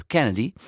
Kennedy